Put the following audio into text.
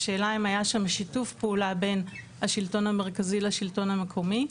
השאלה היא אם היה שם שיתוף פעולה בין השלטון המרכזי לשלטון המקומי,